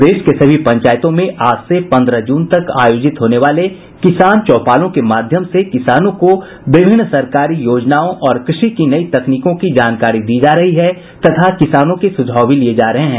प्रदेश के सभी पंचायतों में आज से पन्द्रह जून तक आयोजित होने वाले किसान चौपालों के माध्यम से किसानों को विभिन्न सरकारी योजनाओं और कृषि की नई तकनीकों की जानकारी दी जा रही है तथा किसानों के सुझाव भी लिये जा रहे हैं